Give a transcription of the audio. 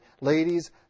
ladies